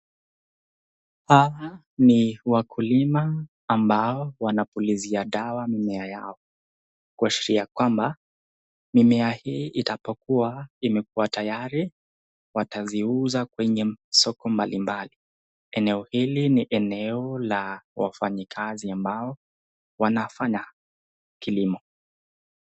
Hawa ni wakulima ambao wanapulizia dawa mimea yao, kuashiria kwamba mimea hii itapokuwa tayari wataziuza kwenye soko mbalimbali, eneo hili ni eneo la wafanyikazi ambao wanafanya kilimo.